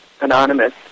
Anonymous